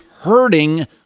hurting